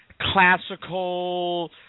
classical